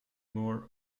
more